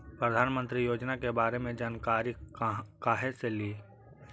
प्रधानमंत्री योजना के बारे मे जानकारी काहे से ली?